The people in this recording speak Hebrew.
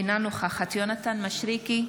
אינה נוכחת יונתן מישרקי,